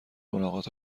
ملاقات